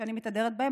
שאני מתהדרת בהם,